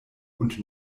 und